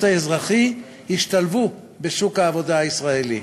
האזרחי השתלבו בשוק העבודה הישראלי.